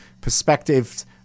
perspectives